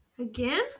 Again